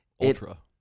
Ultra